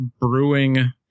brewing